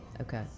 okay